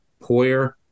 Poyer